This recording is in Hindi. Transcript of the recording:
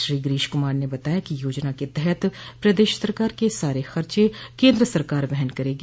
श्री गिरीश कुमार ने बताया कि योजना के तहत प्रदेश सरकार के सारे खर्चे केन्द्र सरकार वहन करेगी